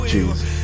Jesus